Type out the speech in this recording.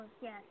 yes